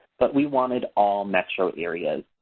but we wanted all metro areas.